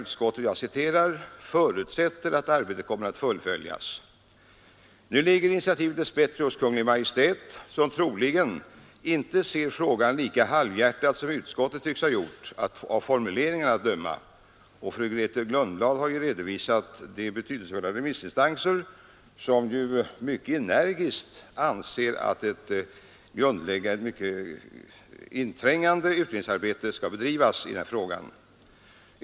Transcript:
Utskottet förutsätter att arbetet kommer att fullföljas.” Nu ligger initiativet dess bättre hos Kungl. Maj:t, som troligen inte ser på frågan lika halvhjärtat som utskottet tycks ha gjort av formuleringen att döma. Fru Lundblad har redovisat några mycket betydelsefulla svar från remissinstanser, som mycket energiskt hävdar att ett inträngande utredningsarbete skall bedrivas i det här sammanhanget.